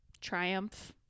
triumph